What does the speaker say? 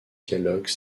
dialogues